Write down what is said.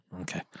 Okay